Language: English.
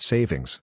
Savings